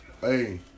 hey